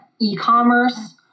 e-commerce